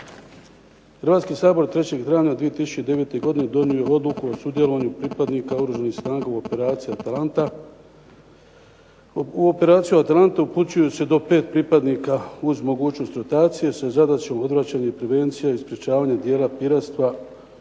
Hrvatski sabor 3. travnja 2009. godine donio je odluku o sudjelovanju pripadnika oružanih snaga u operaciji Atalanta. U operaciju Atalanta upućuje se do 5 pripadnika uz mogućnost rotacije, sa zadaćom odvraćanja i prevencija i sprečavanja dijela piratstva i oružane pljačke